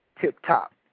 tip-top